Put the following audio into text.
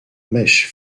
mèche